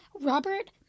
Robert